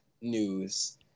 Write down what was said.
news